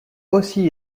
aussi